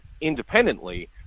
independently